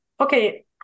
okay